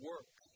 Work